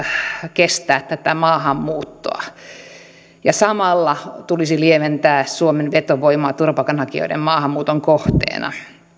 kestää tätä maahanmuuttoa ja samalla tulisi lieventää suomen vetovoimaa turvapaikanhakijoiden maahanmuuton kohteena